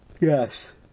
Yes